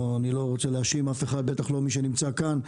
אני לא רוצה להאשים אף אחד, בטח לא מי שנמצא כאן,